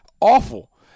awful